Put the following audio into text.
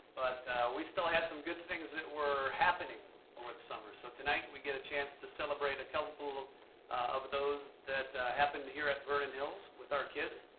we still had some good things that were happening over the summer. so, tonight we get a chance to celebrate a couple of those that happened here at vernon hills with our kids.